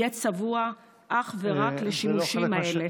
צבוע אך ורק לשימושים האלה?